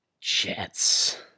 Jets